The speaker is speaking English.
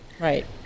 right